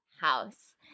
house